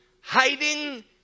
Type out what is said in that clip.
hiding